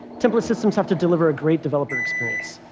template systems have to deliver a great developer experience.